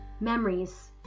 memories